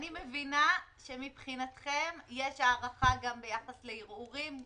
אני מבינה שמבחינתכם יש הארכה גם ביחס לערעורים,